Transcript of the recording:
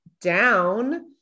down